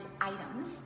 items